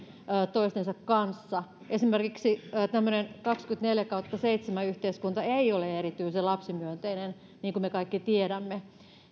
toistensa kanssa esimerkiksi tämmöinen kaksikymmentäneljä kautta seitsemän yhteiskunta ei ole erityisen lapsimyönteinen niin kuin me kaikki tiedämme